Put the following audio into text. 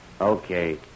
Okay